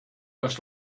must